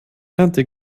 tante